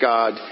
God